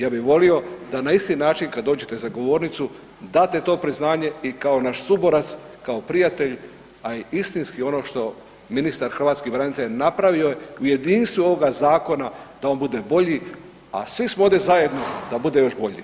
Ja bi volio da na isti način kad dođete za govornicu date to priznanje i kao naš suborac, kao prijatelj, a i istinski ono što ministar hrvatskih branitelja napravio u jedinstvu ovog zakona da on bude bolji, a svi smo ovdje zajedno da bude još bolji.